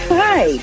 hi